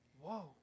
Whoa